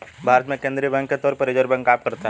भारत में केंद्रीय बैंक के तौर पर रिज़र्व बैंक काम करता है